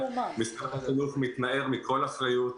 משרד החינוך מתנער מכל אחריות,